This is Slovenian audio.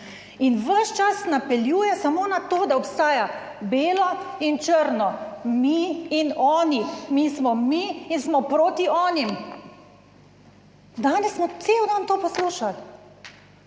in ves čas napeljuje samo na to, da obstaja belo in črno, mi in oni. Mi smo mi in smo proti onim. Danes smo cel dan to poslušali.